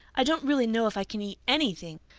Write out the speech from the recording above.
i don't really know if i can eat anything.